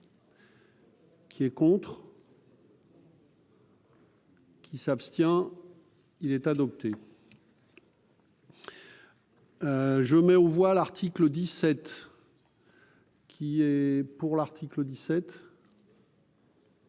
Qui est contre. Qui s'abstient, il est adopté. Je mets aux voix, l'article 17. Qui est pour l'article 17.